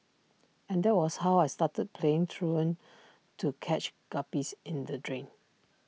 and that was how I started playing truant to catch guppies in the drain